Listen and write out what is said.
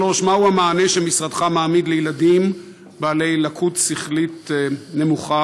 3. מה הוא המענה שמשרדך מעמיד לילדים בעלי לקות שכלית נמוכה?